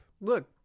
Look